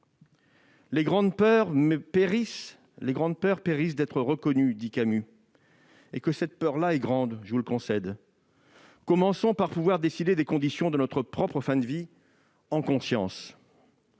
« Les grandes peurs périssent d'être reconnues », dit Camus. Et que cette peur-là est grande, je vous le concède ! Commençons par pouvoir décider en conscience des conditions de notre propre fin de vie et méditons